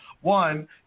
One